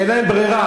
אין להם ברירה,